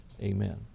Amen